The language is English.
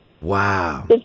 Wow